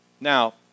Now